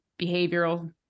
behavioral